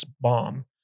bomb